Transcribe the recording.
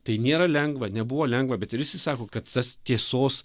tai nėra lengva nebuvo lengva bet ir visi sako kad tas tiesos